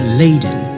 laden